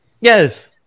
Yes